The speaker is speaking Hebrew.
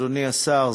אדוני השר,